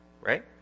right